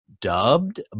dubbed